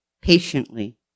patiently